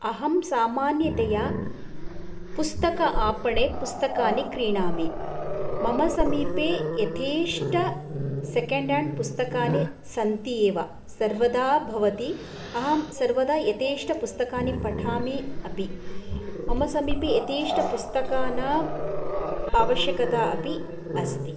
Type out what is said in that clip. अहं सामान्यतया पुस्तकापणे पुस्तकानि क्रीणामि मम समीपे यथेष्ट सेकेण्डाण्ड् पुस्तकानि सन्ति एव सर्वदा भवति अहं सर्वदा यथेष्ट पुस्तकानि पठामि अपि मम समीपे यथेष्ट पुस्तकानाम् आवश्यकता अपि अस्ति